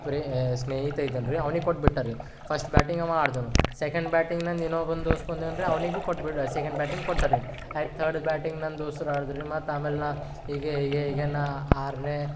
pray ಸ್ನೇಹಿತ ಇದಾನೆ ರಿ ಅವ್ನಿಗೆ ಕೊಟ್ಟು ಬಿಟ್ಟರಿ ಫಸ್ಟ್ ಬ್ಯಾಟಿಂಗ್ ಅವ ಆಡಿದನು ಸೆಕೆಂಡ್ ಬ್ಯಾಟಿಂಗ್ ನಂದು ಇನ್ನೊಬನದು ದೋಸ್ತ ಬಂದನು ರಿ ಅವನಿಗೂ ಕೊಟ್ಟ ಸೆಕೆಂಡ್ ಬ್ಯಾಟಿಂಗ್ ಕೊಟ್ಟರಿ ಆಯಿತು ತರ್ಡ್ ಬ್ಯಾಟಿಂಗ್ ನಂದು ದೋಸ್ತ್ರು ಆಡ್ದ್ರು ಮತ್ತು ಆಮೇಲೆ ನಾ ಹೀಗೆ ಹೀಗೆ ಹೀಗೆನೇ ಆರನೇ